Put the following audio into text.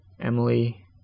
Emily